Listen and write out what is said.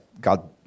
God